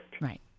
Right